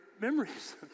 memories